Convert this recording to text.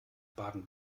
baden